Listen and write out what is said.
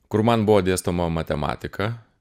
kur man buvo dėstoma matematika